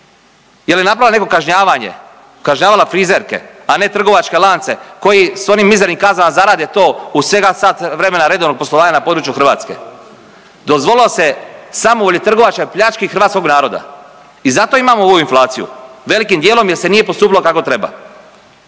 Je li napravila neko kažnjavanje? Kažnjavala frizerke, a ne trgovačke lance koji s onim mizernim kaznama zarade to u svega sat vremena redovnog poslovanja na području Hrvatske. Dozvolilo se samovolji trgovačkoj pljački hrvatskog naroda i zato imamo ovu inflaciju, velikim dijelom jer se nije postupilo kako treba.